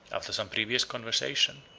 after some previous conversation,